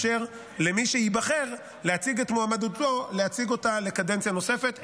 זה רק מאפשר למי שייבחר להציג את מועמדותו לקדנציה נוספת.